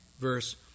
Verse